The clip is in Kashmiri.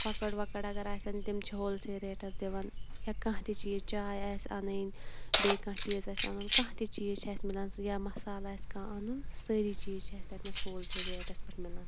کۄکَر وۄکَر اگر آسن تِم چھِ ہول سیل ریٹَس دِوان یا کانٛہہ تہِ چیٖز چاے آسہِ اَنٕنۍ بیٚیہِ کانٛہہ چیٖز آسہِ اَنُن کانٛہہ تہِ چیٖز چھِ اَسہِ مِلان سُہ یا مصالہٕ آسہِ کانٛہہ اَنُن سٲری چیٖز چھِ اَسہِ تَتِنَس ہول سیل ریٹَس پٮ۪ٹھ مِلَن